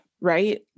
right